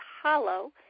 hollow